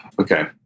Okay